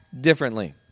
differently